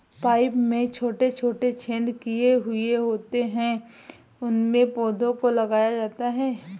pipe में छोटे छोटे छेद किए हुए होते हैं उनमें पौधों को लगाया जाता है